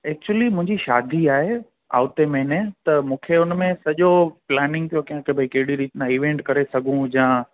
actually मुंहिंजी शादी आहे अॻिते महीने त मूंखे हुन में सॼो प्लानिंग पियो कयां की भई कहिड़ी रीति ईवेंट करे सघूं था